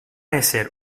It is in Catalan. ésser